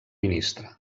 ministre